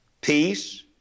Peace